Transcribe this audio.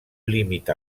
límit